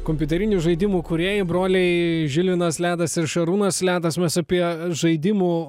kompiuterinių žaidimų kūrėjai broliai žilvinas ledas ir šarūnas ledas mes apie žaidimų